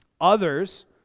others